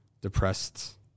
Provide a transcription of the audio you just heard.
depressed